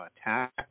attack